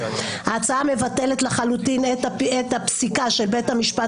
ההצעה מבטלת לחלוטין את הפסיקה של בית המשפט